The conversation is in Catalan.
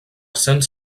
essent